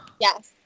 Yes